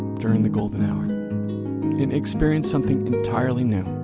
during the golden hour and experience something entirely new.